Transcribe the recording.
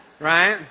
right